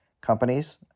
companies